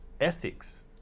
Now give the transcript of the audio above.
ethics